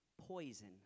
poison